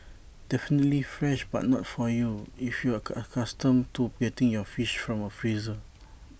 definitely fresh but not for you if you're A accustomed to getting your fish from A freezer